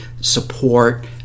support